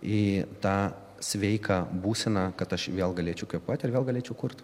į tą sveiką būseną kad aš vėl galėčiau kvėpuot ir vėl galėčiau kurt